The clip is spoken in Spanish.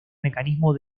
mecanismo